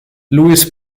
lewis